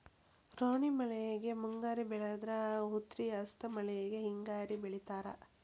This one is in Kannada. ರೋಣಿ ಮಳೆಗೆ ಮುಂಗಾರಿ ಬೆಳದ್ರ ಉತ್ರಿ ಹಸ್ತ್ ಮಳಿಗೆ ಹಿಂಗಾರಿ ಬೆಳಿತಾರ